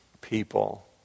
people